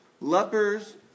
Lepers